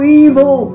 evil